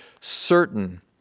Certain